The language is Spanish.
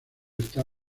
está